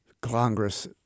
Congress